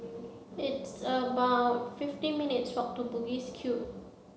it's about fifty minutes' walk to Bugis Cube